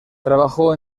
trabajó